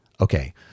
Okay